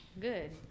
Good